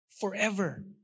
forever